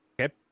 Okay